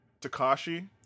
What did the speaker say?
Takashi